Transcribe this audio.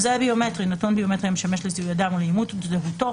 "מזהה ביומטרי" נתון ביומטרי המשמש לזיהוי אדם או לאימות זהותו,